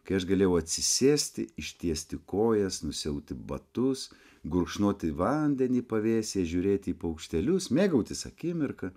kai aš galėjau atsisėsti ištiesti kojas nusiauti batus gurkšnoti vandenį pavėsyje žiūrėti į paukštelius mėgautis akimirka